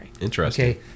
Interesting